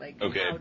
Okay